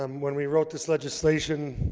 um when we wrote this legislation